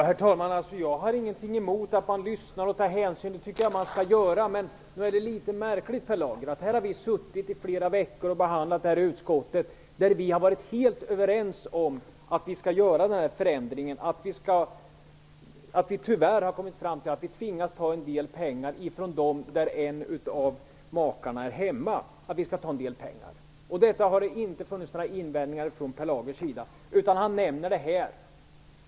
Herr talman! Jag har ingenting emot att lyssa och ta hänsyn. Det tycker jag att man skall göra. Men nog är det litet märkligt att vi i flera veckor har behandlat detta i utskottet och varit helt överens om att vi skall göra den här förändringen, att vi tyvärr tvingas ta en del pengar från de familjer där en av makarna är hemma. Per Lager har inte haft några invändningar mot detta, utan han nämner det här.